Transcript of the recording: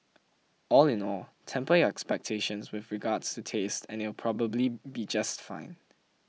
all in all temper your expectations with regards to taste and it'll probably be just fine